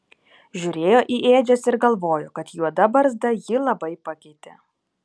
žiūrėjo į ėdžias ir galvojo kad juoda barzda jį labai pakeitė